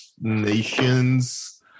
nations